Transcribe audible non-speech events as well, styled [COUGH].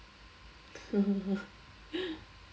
[LAUGHS]